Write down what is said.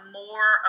more